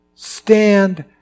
stand